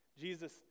Jesus